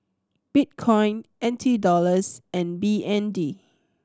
Bitcoin N T Dollars and B N D